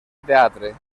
teatre